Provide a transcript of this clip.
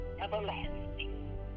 everlasting